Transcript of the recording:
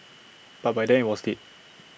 but by then IT was dead